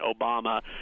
Obama